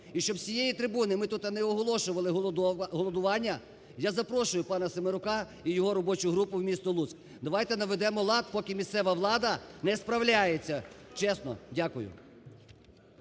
і щоб з цієї трибуни ми тут не оголошували голодування, я запрошую пана Семерака і його робочу групу в місто Луцьк. Давайте наведемо лад поки місцева влада не справляється. Чесно. Дякую.